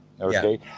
Okay